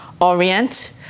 orient